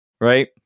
Right